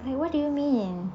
what do you mean